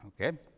Okay